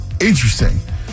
interesting